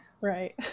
Right